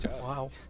Wow